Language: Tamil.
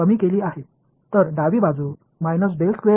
0 சரிதானே எனவே இந்த முழு வெளிப்பாடும் 0